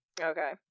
Okay